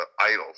idols